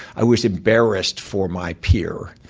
i was embarrassed for my peer.